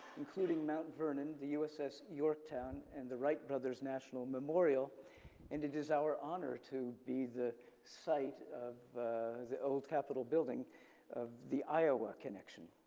including mount vernon, the uss yorktown and the wright brothers national memorial and it is our honor to be the site of the old capitol building of the iowa connection.